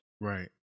right